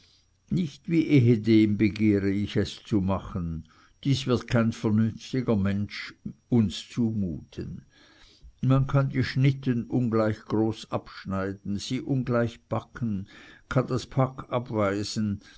nicht wie ehedem begehre ich es zu machen dies wird kein vernünftiger mensch uns zumuten man kann die schnitten ungleich groß abschneiden sie ungleich backen kann das pack